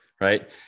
right